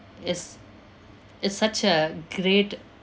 is is such a great